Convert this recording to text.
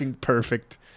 perfect